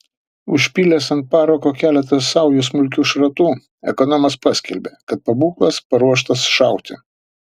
užpylęs ant parako keletą saujų smulkių šratų ekonomas paskelbė kad pabūklas paruoštas šauti